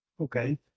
Okay